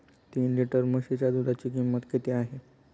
तीन लिटर म्हशीच्या दुधाची किंमत किती आहे?